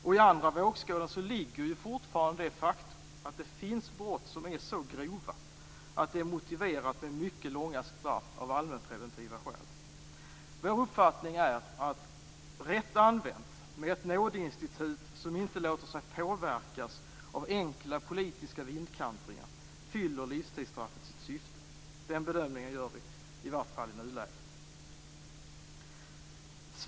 I den andra vågskålen ligger ju fortfarande det faktum att det finns brott som är så grova att det är motiverat med mycket långa straff av allmänpreventiva skäl. Vår uppfattning är att rätt använt, med ett nådeinstitut som inte låter sig påverkas av enkla politiska vindkantringar, fyller livstidsstraffet sitt syfte. Den bedömningen gör vi i alla fall i nuläget.